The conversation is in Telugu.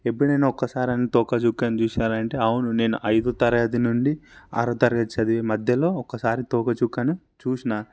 ఎప్పుడైనా ఒక్కసారైనా తోకచుక్కను చుసినారే అంటే అవును నేను అయిదో తరగతి నుండి ఆరో తరగతి చదివే మధ్యలో ఒకసారి తోకచుక్కను చూసినా